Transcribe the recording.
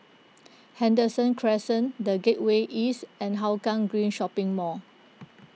Henderson Crescent the Gateway East and Hougang Green Shopping Mall